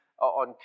on